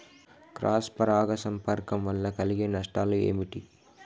Cross పరాగ సంపర్కం వల్ల కలిగే నష్టాలు ఏమిటి?